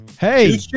Hey